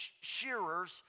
shearers